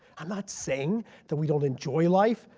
i'm not saying that we don't enjoy life.